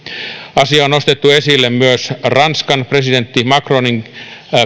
asia on nostettu esille myös ranskan presidentti macronin